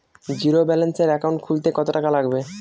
জিরোব্যেলেন্সের একাউন্ট খুলতে কত টাকা লাগবে?